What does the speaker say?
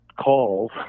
calls